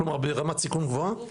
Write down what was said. כלומר ברמת סיכון גבוהה?